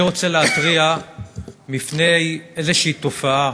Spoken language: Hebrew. אני רוצה להתריע על איזו תופעה,